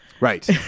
Right